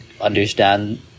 understand